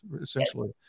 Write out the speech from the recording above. essentially